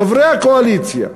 חברי הקואליציה.